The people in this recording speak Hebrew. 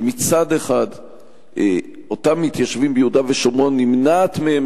מכך שמצד אחד אותם מתיישבים ביהודה ושומרון נמנעת מהם